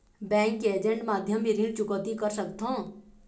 Bank के agent माध्यम भी ऋण चुकौती कर सकथों?